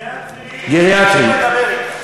גריאטרי,